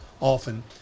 often